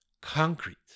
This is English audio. concrete